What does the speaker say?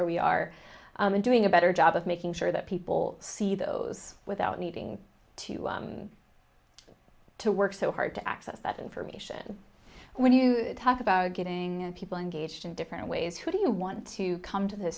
where we are doing a better job of making sure that people see those without needing to to work so hard to access that information when you talk about getting people engaged in different ways who do you want to come to the